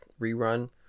rerun